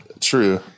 True